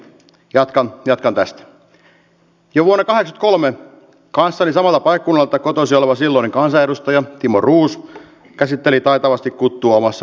jatkan jatkan tästä juurikaan kolmen kanssa ja valapaikkunnalta kotoisin oleva silloinen kansanedustaja timo roos käsitteli taitavasti kuttua omassa